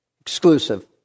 exclusive